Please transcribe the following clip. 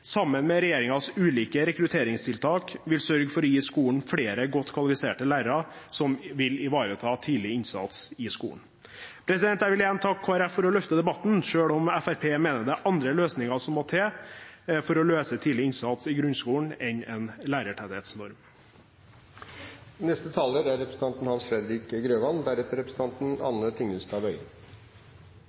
sammen med regjeringens ulike rekrutteringstiltak, vil sørge for å gi skolen flere godt kvalifiserte lærere som vil ivareta tidlig innsats i skolen. Jeg vil igjen takke Kristelig Folkeparti for å løfte debatten, selv om Fremskrittspartiet mener det er andre løsninger som må til for å løse utfordringen med tidlig innsats i grunnskolen, enn en lærertetthetsnorm.